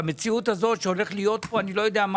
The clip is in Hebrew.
האווירה הזאת, שהולך להיות פה אני-לא-יודע-מה